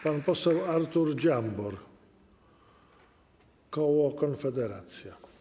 Pan poseł Artur Dziambor, koło Konfederacja.